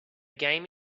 game